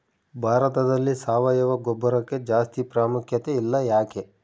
ಭಾರತದಲ್ಲಿ ಸಾವಯವ ಗೊಬ್ಬರಕ್ಕೆ ಜಾಸ್ತಿ ಪ್ರಾಮುಖ್ಯತೆ ಇಲ್ಲ ಯಾಕೆ?